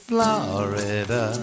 Florida